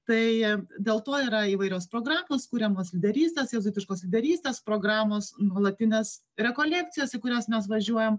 tai dėl to yra įvairios programos kuriamos lyderystės jėzuistiškos lyderystės programos nuolatinės rekolekcijos į kurias mes važiuojam